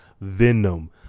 Venom